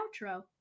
outro